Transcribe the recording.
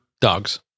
Dogs